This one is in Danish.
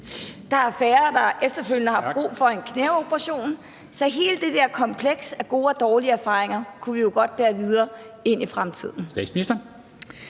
der er færre, der efterfølgende har haft brug for en knæoperation, så hele det der kompleks af gode og dårlige erfaringer kunne vi jo godt bære videre ind i fremtiden.